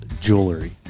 jewelry